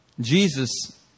Jesus